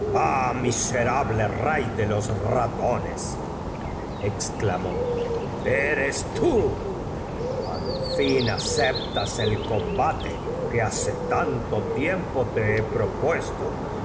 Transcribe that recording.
miserable rey de los ratones exclamó eres tú al fin aceptas el combate tiempo su corazón se sintió más consola que hace tanto tiempo te he propuesto